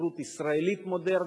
ספרות ישראלית מודרנית,